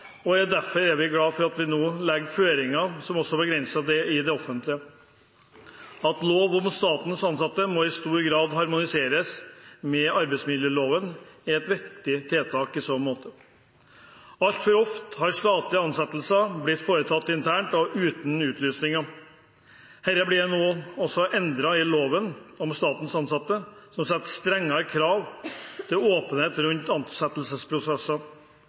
offentlige. At lov om statens ansatte nå i stor grad harmoniseres med arbeidsmiljøloven, er et viktig tiltak i så måte. Altfor ofte har statlige ansettelser blitt foretatt internt og uten utlysning. Dette blir nå endret i loven om statens ansatte, som setter strengere krav til åpenhet rundt ansettelsesprosesser.